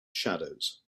shadows